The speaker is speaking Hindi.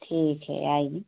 ठीक है आइए